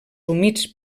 humits